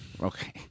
Okay